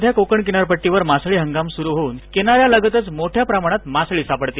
सध्या कोकण किनारपट्टीवर मासळी हंगाम सुरू होऊन किनाऱ्यालागतच मोठया प्रमाणात मासळी सापडते